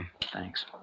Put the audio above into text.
Thanks